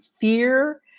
fear